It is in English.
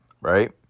right